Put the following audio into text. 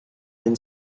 been